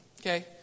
Okay